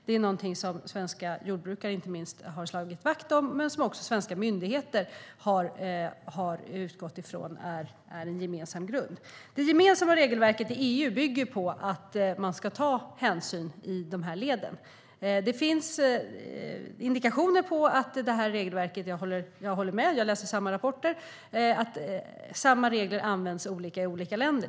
Det är någonting inte minst svenska jordbrukare har slagit vakt om och som svenska myndigheter har utgått från är en gemensam grund. Det gemensamma regelverket i EU bygger på att man ska ta hänsyn i de här leden. Det finns indikationer på att samma regler används olika i olika länder - jag håller med, och jag läser samma rapporter.